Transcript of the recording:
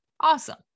awesome